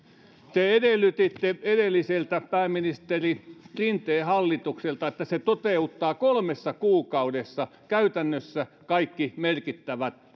te edellytitte edelliseltä pääministeri rinteen hallitukselta että se toteuttaa kolmessa kuukaudessa käytännössä kaikki merkittävät